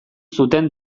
zuten